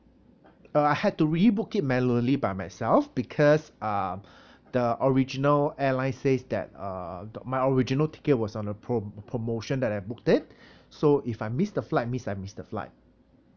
uh I had to rebook it manually by myself because um the original airline says that uh my original ticket was on a pro~ promotion that I booked it so if I miss the flight means I miss the flight